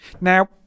Now